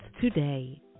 today